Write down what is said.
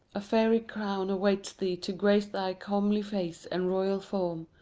a fairy crown awaits thee to grace thy comely face and royal form.